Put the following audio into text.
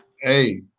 Hey